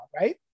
right